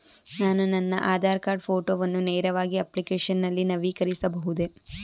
ನಾನು ನನ್ನ ಆಧಾರ್ ಕಾರ್ಡ್ ಫೋಟೋವನ್ನು ನೇರವಾಗಿ ಅಪ್ಲಿಕೇಶನ್ ನಲ್ಲಿ ನವೀಕರಿಸಬಹುದೇ?